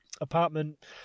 apartment